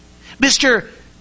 Mr